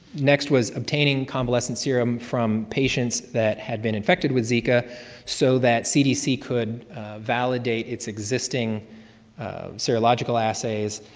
next was obtaining convalescent serum from patients that had been infected with zika so that cdc could validate its existing serological assays,